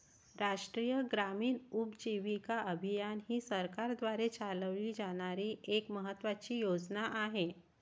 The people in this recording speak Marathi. राष्ट्रीय ग्रामीण उपजीविका अभियान ही सरकारद्वारे चालवली जाणारी एक महत्त्वाची योजना आहे